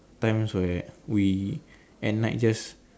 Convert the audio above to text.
times where we at night just